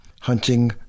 hunting